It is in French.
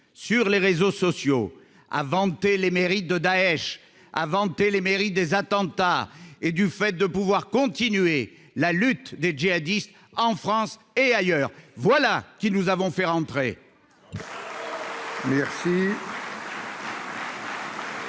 sur les réseaux sociaux a vanter les mérites de Daech a vanté les mairies des attentats et du fait de pouvoir continuer la lutte des djihadistes en France et ailleurs, voilà qui nous avons fait rentrer.